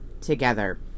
together